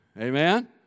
Amen